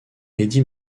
eddie